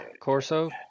Corso